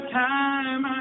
time